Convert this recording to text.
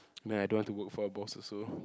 man I don't want to work for a boss also